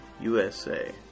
USA